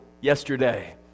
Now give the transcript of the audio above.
yesterday